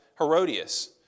Herodias